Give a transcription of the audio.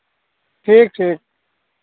ठीक ठीक